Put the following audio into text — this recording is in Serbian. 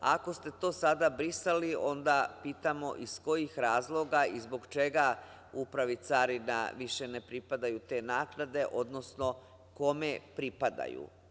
Ako ste to sada brisali, onda pitamo - iz kojih razloga i zbog čega Upravi Carina više ne pripadaju te naknade, odnosno kome pripadaju?